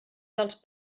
dels